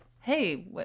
Hey